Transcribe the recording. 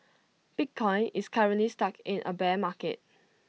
bitcoin is currently stuck in A bear market